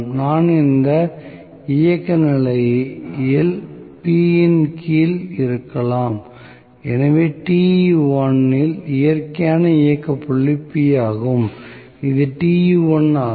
நான் இந்த இயக்க நிலையில் P இன் கீழ் இருக்கலாம் எனவே இல் இயற்கையான இயக்க புள்ளி P ஆகும் இது ஆகும்